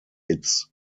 its